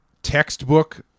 textbook